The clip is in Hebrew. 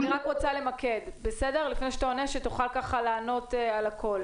אני רוצה למקד לפני שאתה עונה כדי שתוכל לענות על הכל: